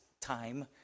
time